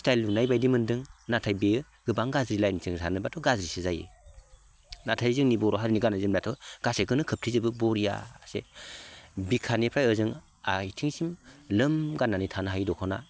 style नुनायबायदि मोनदों नाथाय बेयो गोबां गाज्रि लाइनजों सानोबाथ' गाज्रिसो जायो नाथाय जोंनि बर' हारिनि गाननाय जोमनायाथ' गासैखौबो खोबथेजोबो बरिया बिखानिफ्राय ओजों आथिंसिम ग्लोम गाननानै थानो हायो दख'ना